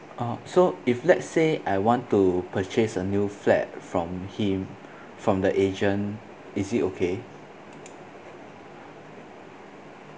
oh so if let's say I want to purchase a new flat from him from the agent is it okay